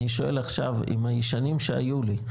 אני שואל עכשיו עם הישנים שהיו לי,